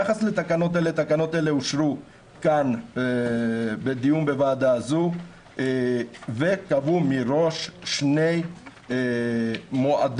התקנות האלה אושרו כאן בדיון בוועדה הזאת וקבעו מראש שתי פעימות.